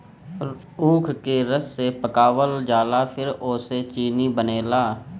ऊख के रस के पकावल जाला फिर ओसे चीनी बनेला